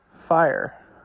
fire